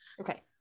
Okay